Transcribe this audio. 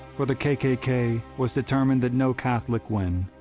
for the k k k. was determined that no catholic win.